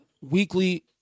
weekly